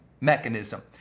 mechanism